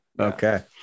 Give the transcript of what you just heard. Okay